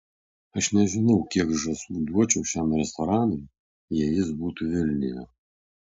aš nežinau kiek žąsų duočiau šiam restoranui jei jis būtų vilniuje